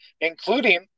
including